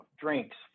drinks